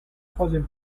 troisième